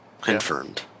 Confirmed